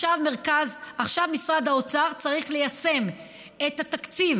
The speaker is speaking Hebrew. עכשיו משרד האוצר צריך להקצות את התקציב